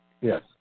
Yes